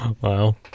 wow